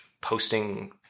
posting